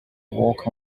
walk